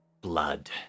blood